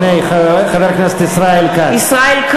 הנה, חבר הכנסת ישראל כץ.